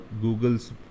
Google's